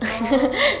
oh